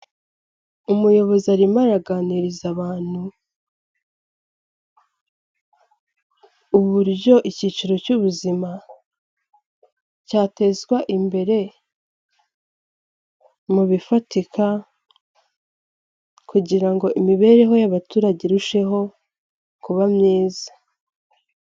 Umuyobozi arimo araganiriza abantu uburyo icyiciro cy'ubuzima, cyatezwa imbere mu bifatika, kugira ngo imibereho y'abaturage irusheho kuba myiza.